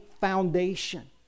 foundation